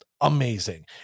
amazing